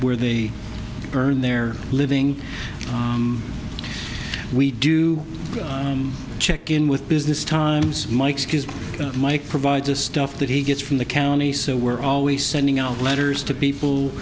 where they earn their living we do check in with business times my excuse my provide the stuff that he gets from the county so we're always sending out letters to people